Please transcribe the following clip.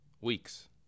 Weeks